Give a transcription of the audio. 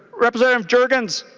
representative jurgens